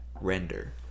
render